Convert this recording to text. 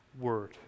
word